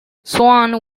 swann